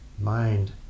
mind